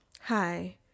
hi